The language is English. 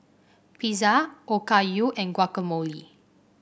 Pizza Okayu and Guacamole